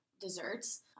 desserts